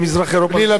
בלי לדעת כלום,